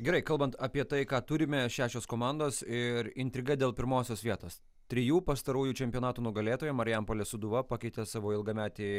gerai kalbant apie tai ką turime šešios komandos ir intriga dėl pirmosios vietos trijų pastarųjų čempionatų nugalėtoja marijampolės sūduva pakeitė savo ilgametį